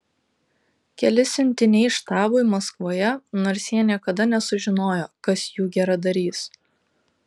keli siuntiniai štabui maskvoje nors jie niekada nesužinojo kas jų geradarys